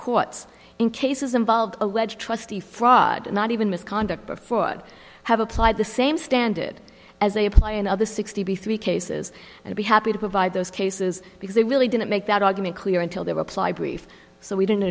courts in cases involved allege trustee fraud not even misconduct before i have applied the same standard as they apply in other sixty three cases and be happy to provide those cases because they really didn't make that argument clear until they reply brief so we didn't